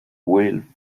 will